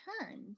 turns